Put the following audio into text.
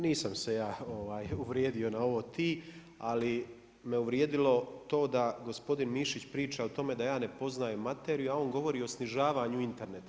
Nisam se ja uvrijedio na ovo ti, ali me uvrijedilo to da gospodin Mišić priča o tome da ja ne poznajem materiju, a on govori o snižavanju interneta.